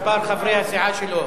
מספר חברי הסיעה שלו